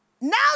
Now